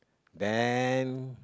then